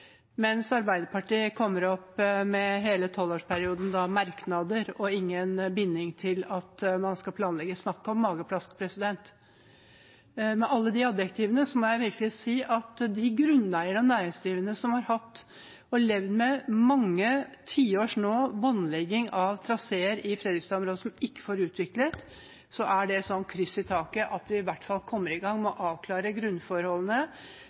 mens Arbeiderpartiet for hele tolvårsperioden kommer opp med merknader og ingen binding til at man skal planlegge. Snakk om magaplask! Med alle de adjektivene må jeg virkelig si at for de grunneierne og næringsdrivende som har levd med mange tiårs båndlegging av traseer i Fredrikstad-området som de ikke får utviklet, er det et kryss i taket om vi i hvert fall kommer i gang med å avklare grunnforholdene,